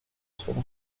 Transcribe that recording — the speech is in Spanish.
sola